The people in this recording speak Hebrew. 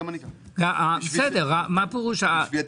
מה פירוש?